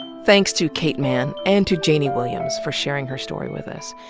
thanks to kate manne and to janey williams for sharing her story with us.